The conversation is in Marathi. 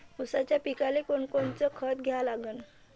ऊसाच्या पिकाले कोनकोनचं खत द्या लागन?